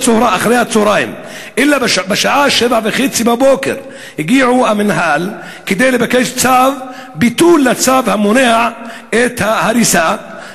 אלא שבשעה 07:30 הגיע המינהל כדי לבקש צו ביטול לצו המונע את ההריסה,